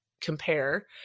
compare